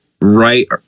right